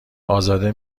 ازاده